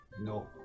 No